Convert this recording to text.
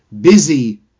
busy